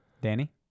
Danny